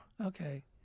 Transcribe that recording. Okay